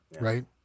right